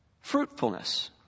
fruitfulness